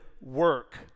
work